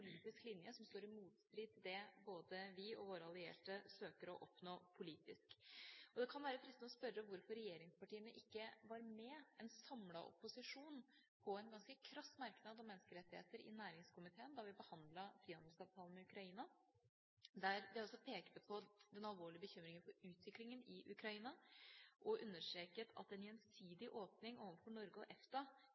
linje som står i motstrid til det både vi og våre allierte søker å oppnå politisk. Det kan være fristende å spørre hvorfor regjeringspartiene ikke var med en samlet opposisjon på en ganske krass merknad om menneskerettigheter i næringskomiteen da vi behandlet frihandelsavtalen med Ukraina, der vi også pekte på den alvorlige bekymringen for utviklingen i Ukraina. Vi understreket at en gjensidig åpning overfor Norge og EFTA